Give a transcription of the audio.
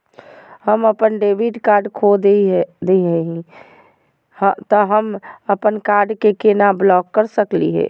हम अपन debit card खो दे ही, त हम अप्पन कार्ड के केना ब्लॉक कर सकली हे?